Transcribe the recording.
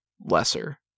lesser